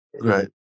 Right